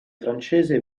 francese